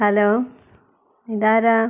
hello ഇതാരാ